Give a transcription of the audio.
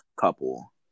couple